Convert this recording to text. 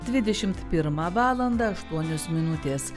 dvidešim pirmą valandą aštuonios minutės